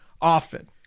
often